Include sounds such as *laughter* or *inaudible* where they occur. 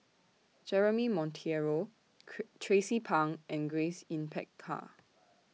Jeremy Monteiro *noise* Tracie Pang and Grace Yin Peck Ha